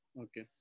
Okay